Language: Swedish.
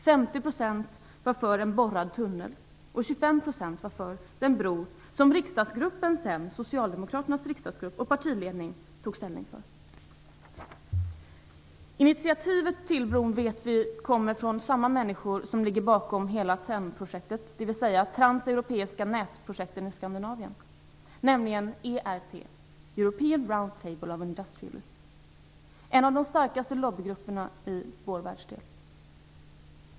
50 % var för en borrad tunnel, och 25 % var för den bro som Socialdemokraternas riksdagsgrupp och partiledning sedan tog ställning för. Initiativet till bron vet vi kommer från samma människor som ligger bakom hela TEN-projektet, dvs. Transeuropeiska nätprojekten i Skandinavien, nämligen ERT, European Round Table of Industrialists - en av de starkaste lobbygrupperna i vår världsdel.